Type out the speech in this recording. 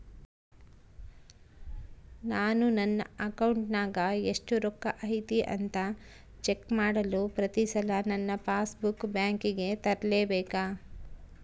ನಾನು ನನ್ನ ಅಕೌಂಟಿನಾಗ ಎಷ್ಟು ರೊಕ್ಕ ಐತಿ ಅಂತಾ ಚೆಕ್ ಮಾಡಲು ಪ್ರತಿ ಸಲ ನನ್ನ ಪಾಸ್ ಬುಕ್ ಬ್ಯಾಂಕಿಗೆ ತರಲೆಬೇಕಾ?